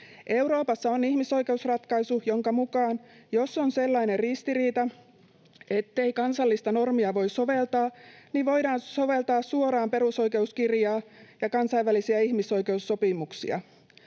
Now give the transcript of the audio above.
Euroopassa on ihmisoikeusratkaisu, jonka mukaan jos on sellainen ristiriita, ettei kansallista normia voi soveltaa, voidaan soveltaa suoraan perusoikeuskirjaa ja kansainvälisiä ihmisoikeussopimuksia.